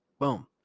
boom